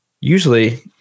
usually –